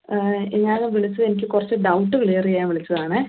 ഞാൻ വിളിച്ചത് എനിക്ക് കുറച്ച് ഡൗട്ട് ക്ലിയർ ചെയ്യാൻ വിളിച്ചതാണ്